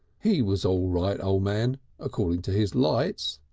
he was all right, o' man according to his lights,